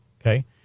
Okay